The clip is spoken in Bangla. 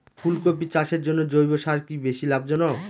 ফুলকপি চাষের জন্য জৈব সার কি বেশী লাভজনক?